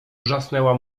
wrzasnęła